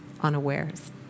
unawares